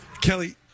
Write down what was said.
Kelly